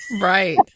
right